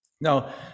Now